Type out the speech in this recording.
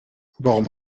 warum